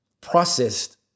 processed